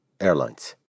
airlines